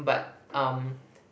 but um